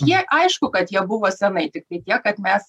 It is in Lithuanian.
jie aišku kad jie buvo senai tiktai tiek kad mes